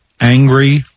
angry